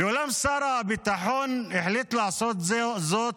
ואולם שר הביטחון החליט לעשות זאת